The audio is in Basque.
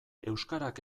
euskarak